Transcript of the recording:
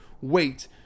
wait